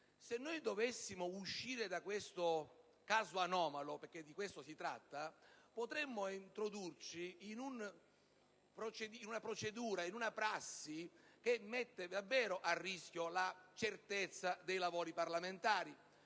Se dovessimo uscire da questo caso anomalo (perché di questo si tratta), potremmo introdurci in una prassi che mette davvero a rischio la certezza dei lavori parlamentari.